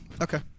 Okay